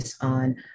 on